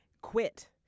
quit